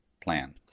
plan